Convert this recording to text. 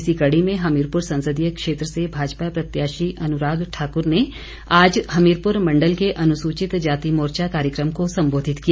इसी कड़ी में हमीरपुर संसदीय क्षेत्र से भाजपा प्रत्याशी अनुराग ठाकुर ने आज हमीरपुर मंडल के अनुसूचित जाति मोर्चा कार्यक्रम को सम्बोधित किया